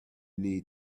need